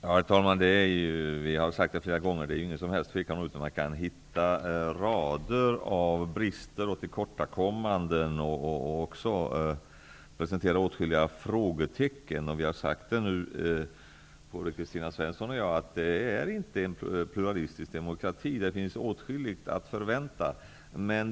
Herr talman! Det finns ingen tvekan om att vi kan hitta rader av brister och tillkortakommanden och presentera åtskilliga frågetecken. Både Kristina Svensson och jag har sagt att det inte är en pluralistisk demokrati. Det finns åtskilligt att förvänta.